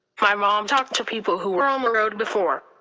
my mom talked to people who were on the road before.